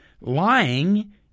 lying